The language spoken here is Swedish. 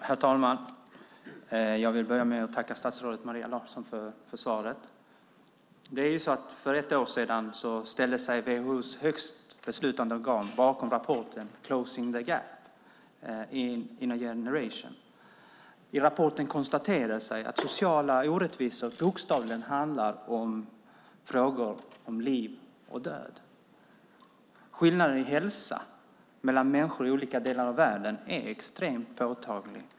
Herr talman! Jag vill börja med att tacka statsrådet Maria Larsson för svaret. För ett år sedan ställde sig WHO:s högsta beslutande organ bakom rapporten Closing the gap in a generation . I rapporten konstateras att sociala orättvisor bokstavligen handlar om frågor om liv och död. Skillnaden i hälsa mellan människor i olika delar av världen är extremt påtaglig.